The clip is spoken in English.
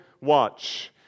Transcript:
watch